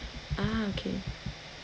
ah okay